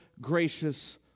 gracious